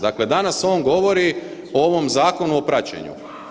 Dakle danas on govori o ovom zakonu o praćenju.